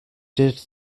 did